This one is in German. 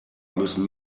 müssen